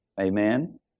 Amen